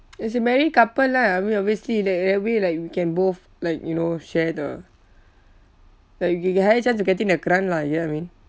as a married couple lah we always see tha~ that way like we can both like you know share the like you ge~ get higher chance of getting the grant lah you get what I mean